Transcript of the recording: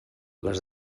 les